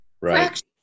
right